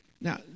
Now